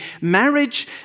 marriage